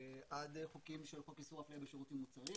עד חוקים של חוק איסור אפליה בשירותים ומוצרים,